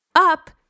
up